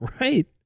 Right